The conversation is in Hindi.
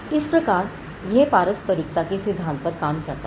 इस प्रकार यह पारस्परिकता के सिद्धांत पर काम करता था